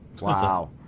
Wow